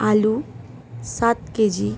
আলু সাত কেজি